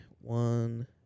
one